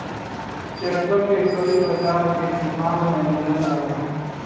tractor के कई प्रकार के इस्तेमाल मे लिहल जाला